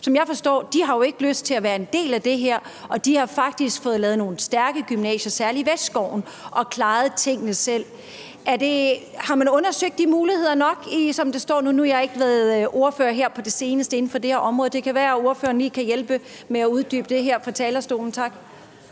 som jeg forstår det, ikke lyst til at være en del af det her, og de har faktisk fået lavet nogle stærke gymnasier, særlig Vestskovens Gymnasium, og klaret tingene selv. Har man undersøgt de muligheder nok, sådan som det står nu? Nu har jeg her på det seneste ikke været ordfører inden for det her område, og det kan være, at ordføreren lige kan hjælpe med at uddybe det her fra talerstolen. Tak.